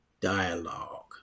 dialogue